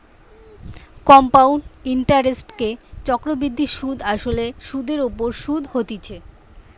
compound ইন্টারেস্টকে চক্রবৃদ্ধি সুধ আসলে সুধের ওপর শুধ হতিছে